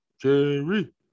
Jerry